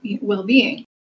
well-being